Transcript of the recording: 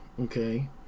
Okay